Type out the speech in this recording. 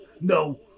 No